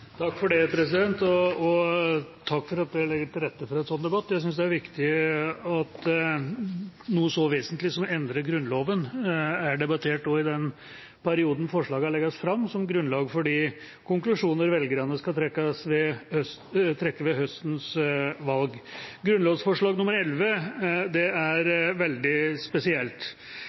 Takk for at det blir lagt til rette for en slik debatt. Jeg synes det er viktig at noe så vesentlig som å endre Grunnloven blir debattert også i den perioden forslagene legges fram, som grunnlag for de konklusjonene velgerne skal trekke ved høstens valg. Grunnlovsforslag 11 er veldig spesielt.